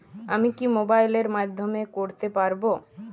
আমি কি মোবাইলের মাধ্যমে করতে পারব?